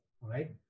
right